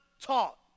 taught